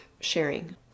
sharing